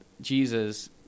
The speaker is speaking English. Jesus